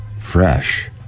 fresh